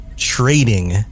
trading